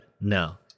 No